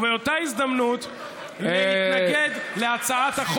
הם כל הזמן עושים את אותו תרגיל.